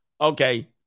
Okay